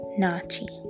nachi